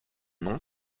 nom